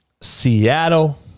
Seattle